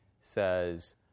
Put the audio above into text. says